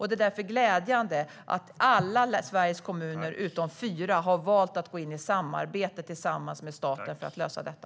Det är därför glädjande att alla Sveriges kommuner utom fyra har valt att gå in i samarbete tillsammans med staten för att lösa detta.